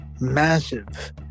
massive